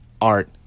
art